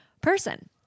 person